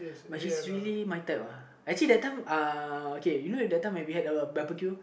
but she's really my type actually that time uh okay you know that time when we had a barbeque